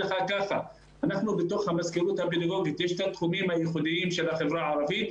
בתוך המזכירות הפדגוגית יש את התחומים הייחודים של החברה הערבית,